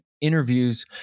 interviews